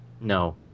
No